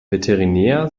veterinär